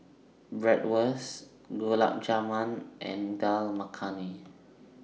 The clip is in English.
Bratwurst Gulab Jamun and Dal Makhani